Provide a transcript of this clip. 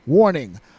Warning